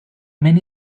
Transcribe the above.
many